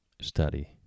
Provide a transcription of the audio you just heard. study